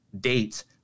dates